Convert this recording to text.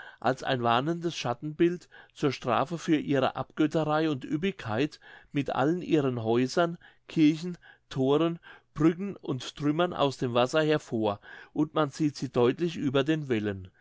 als ein warnendes schattenbild zur strafe für ihre abgötterei und ueppigkeit mit allen ihren häusern kirchen thoren brücken und trümmern aus dem wasser hervor und man sieht sie deutlich über den wellen